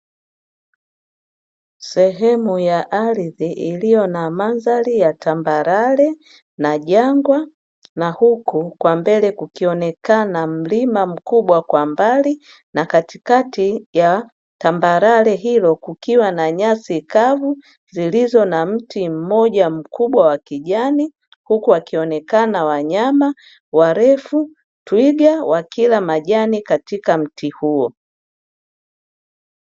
Sehemu ya ardhi iliyo na madhari ya tambarare na jangwa, na huku kwa mbele kukionekana mlima mkubwa kwa mbali, na katikati ya tambarare hilo kukiwa na nyasi kavu zilizo na mti mmoja mkubwa wa kijani huku wakionekana wanyama warefu, twiga wakila majani katika mti huo.